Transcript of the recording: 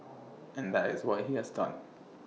and that is what he has done